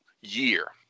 year